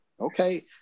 okay